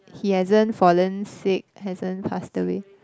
he hasn't fallen sick hasn't passed away